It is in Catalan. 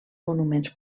monuments